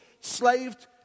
slaved